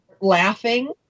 laughing